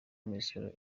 imisoro